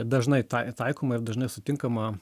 dažnai tai taikoma ir dažnai sutinkama